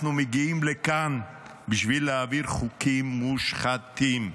אנחנו מגיעים לכאן בשביל להעביר חוקים מושחתים,